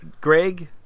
Greg